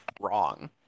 wrong